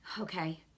okay